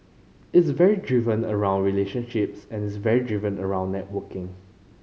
it's very driven around relationships and it's very driven around networking